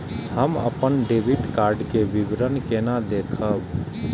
हम अपन debit card के विवरण केना देखब?